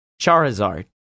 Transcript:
Charizard